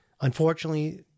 Unfortunately